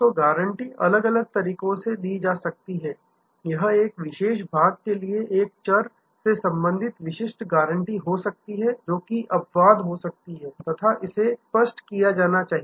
तो गारंटी अलग अलग तरीकों से दी जा सकती है यह एक विशेष भाग के लिए एक चर से संबंधित विशिष्ट गारंटी हो सकती है जोकि अपवाद हो सकती है तथा इसे स्पष्ट किया जाना चाहिए